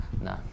No